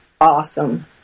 awesome